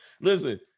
Listen